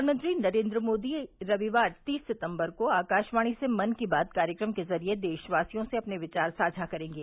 प्रधानमंत्री नरेन्द्र मोदी रविवार तीस सितम्बर को आकाशवाणी से मन की बात कार्यक्रम के जरिये देशवासियों से अपने विचार साझा करेंगे